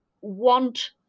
want